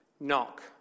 knock